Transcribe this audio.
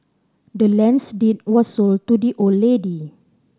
the land's deed was sold to the old lady